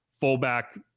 fullback